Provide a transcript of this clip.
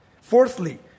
Fourthly